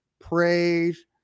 Praise